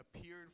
appeared